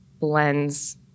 blends